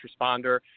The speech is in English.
responder